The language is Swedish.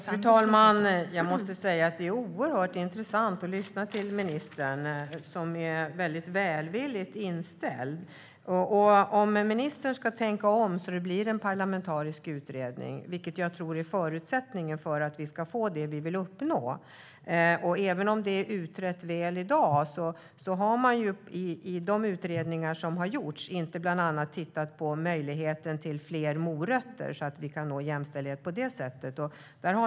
Fru talman! Jag måste säga att det är oerhört intressant att lyssna till ministern, som ju är väldigt välvilligt inställd. Jag hoppas att ministern ska tänka om så att det blir en parlamentarisk utredning, vilket jag tror är förutsättningen för att vi ska få det vi vill uppnå. Även om det är väl utrett i dag har man i de utredningar som gjorts bland annat inte tittat på möjligheten till fler morötter och att nå jämställdhet på det sättet.